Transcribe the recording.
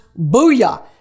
Booyah